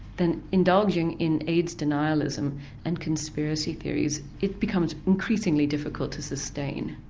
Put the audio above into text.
then indulging in aids denialism and conspiracy theories, it becomes increasingly difficult to sustain.